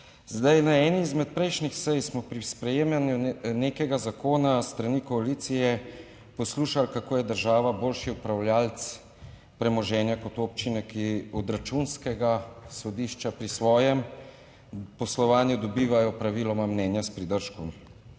Zdaj na eni izmed prejšnjih sej smo pri sprejemanju nekega zakona s strani koalicije poslušali, kako je država boljši upravljavec premoženja kot občine, ki od Računskega sodišča pri svojem poslovanju dobivajo praviloma mnenja s pridržkom.